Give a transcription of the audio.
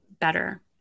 better